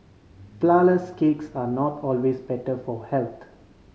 flourless cakes are not always better for health